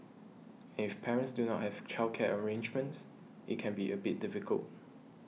and if parents do not have childcare arrangements it can be a bit difficult